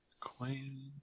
Queen